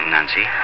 Nancy